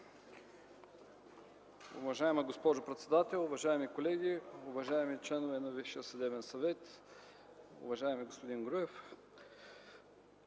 Уважаема госпожо председател, уважаеми колеги, уважаеми членове на Висшия съдебен съвет, уважаеми господин Груев!